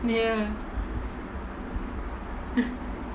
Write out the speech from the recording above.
ya